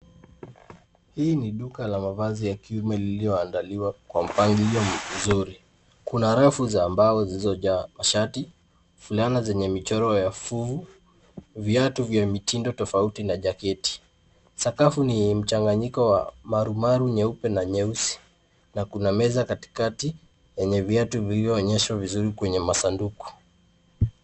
Hii ni duka la mavazi ya kiume liliyoandaliwa kwa mpangilio mzuri. Kuna rafu za mbao zilizojaa mashati, fulana zenye michoro ya jaa fuvu, viatu vya mitindo tofauti na jaketi. Sakafu ni mchanganyiko wa marumaru nyeupe na nyeusi na kuna meza katikati yenye viatu vilioonyeshwa vizuri kwenye masanduku.